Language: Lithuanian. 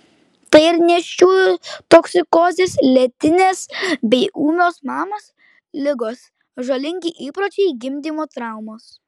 tai ir nėščiųjų toksikozės lėtinės bei ūmios mamos ligos žalingi įpročiai gimdymo traumos